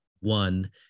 One